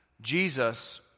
Jesus